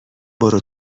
برو